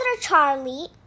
Charlie